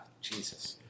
Jesus